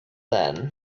then